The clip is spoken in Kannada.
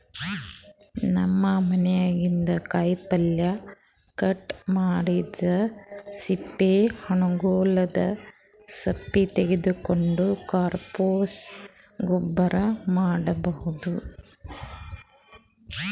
ನಮ್ ಮನ್ಯಾಗಿನ್ದ್ ಕಾಯಿಪಲ್ಯ ಕಟ್ ಮಾಡಿದ್ದ್ ಸಿಪ್ಪಿ ಹಣ್ಣ್ಗೊಲ್ದ್ ಸಪ್ಪಿ ತಗೊಂಡ್ ಕಾಂಪೋಸ್ಟ್ ಗೊಬ್ಬರ್ ಮಾಡ್ಭೌದು